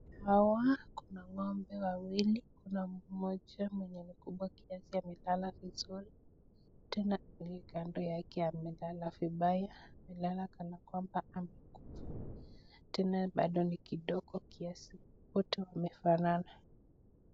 Hawa kuna ng'ombe wawili. Kuna moja mwenye ni kubwa kiasi amelala vizuri. Tena kando yake amelala vibaya. Amelala kana kwamba amekufa, tena bado ni kidogo kiasi. Wote wamefanana.